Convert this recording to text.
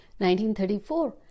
1934